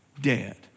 dead